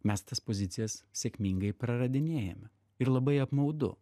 mes tas pozicijas sėkmingai praradinėjame ir labai apmaudu